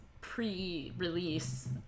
pre-release